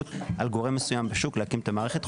על גורם מסוים בשוק להקים את המערכת,